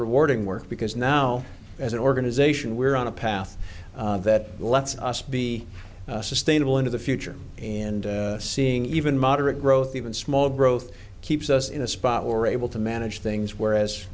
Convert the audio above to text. rewarding work because now as an organization we're on a path that lets us be sustainable into the future and seeing even moderate growth even small growth keeps us in a spot we're able to manage things whereas